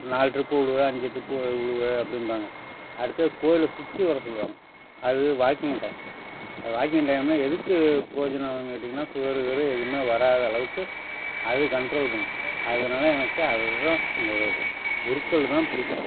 நாலு டிரிப்பு விழுக அஞ்சு டிரிப்பு விழுக அப்படிம்பாங்க அடுத்தது கோயிலை சுற்றி வர சொல்லுவாங்கள் அது வாக்கிங் டைம் அது வாக்கிங் டைம்னால் எதுக்கு புரோஜனம்னு கேட்டீங்கன்னால் சுகரு கிகரு எதுவுமே வராத அளவுக்கு அது கன்ட்ரோல் பண்ணும் அதனால எனக்கு அது தான் அந்த குருக்கள் தான் பிடிக்கும்